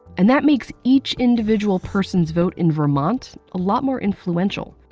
and that makes each individual person's vote in vermont a lot more influential.